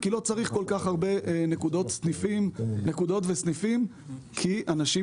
כי לא צריך כל כך הרבה נקודות וסניפים כי אנשים,